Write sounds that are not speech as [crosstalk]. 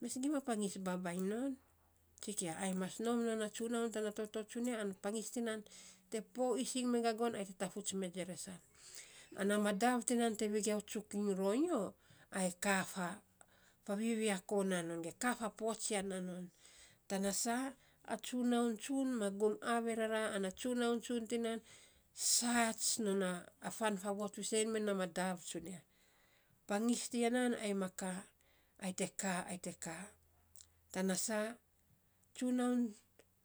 Mes gima pangis babainy non, tsikia ai mas nom non a tsunaun tana tsunaun tsunia an pangis tiknan te poo ising men gagon ai te tafus me jeresan. Ana madav tinan te vegia tsuk iny ronyo ai kaa [hesitation] faviviako naa non, ge kaa fapotsian naa non. Tana saa a tsunaun tsun, ma gum averara, ana tsunaun tsun tiya saats non a fan faavot fiisen mee na madav tsunia. Pangis tiya na ai ma kaa ai te kaa, ai te kaa, tana saa tsunaun,